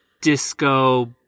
disco